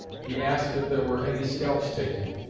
he asked if there were any scalps taken.